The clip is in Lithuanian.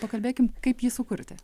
pakalbėkim kaip jį sukurti